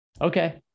okay